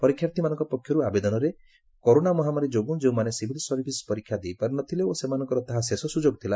ପରୀକ୍ଷାର୍ଥୀମାନଙ୍କ ପକ୍ଷରୁ ଆବେଦନରେ କରୋନା ମହାମାରୀ ଯୋଗୁଁ ଯେଉଁମାନେ ସିଭିଲ ସର୍ଭିସ୍ ପରୀକ୍ଷା ଦେଇପାରିନଥିଲେ ଓ ସେମାନଙ୍କର ତାହା ଶେଷ ସୁଯୋଗ ଥିଲା